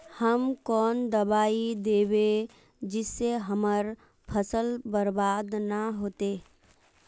हम कौन दबाइ दैबे जिससे हमर फसल बर्बाद न होते?